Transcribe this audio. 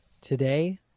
Today